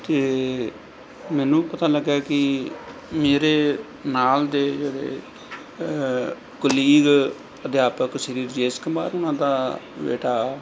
ਅਤੇ ਮੈਨੂੰ ਪਤਾ ਲੱਗਾ ਕਿ ਮੇਰੇ ਨਾਲ ਦੇ ਜਿਹੜੇ ਕੁਲੀਗ ਅਧਿਆਪਕ ਸ੍ਰੀ ਰਾਜੇਸ਼ ਕੁਮਾਰ ਹੋਣਾ ਦਾ ਬੇਟਾ